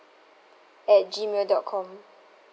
at gmail dot com